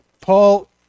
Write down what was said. Paul